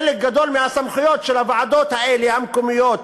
חלק גדול מהסמכויות של הוועדות האלה, המקומיות,